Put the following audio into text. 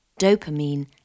dopamine